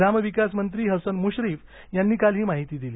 ग्रामविकास मंत्री हसन मुश्रीफ यांनी काल ही माहिती दिली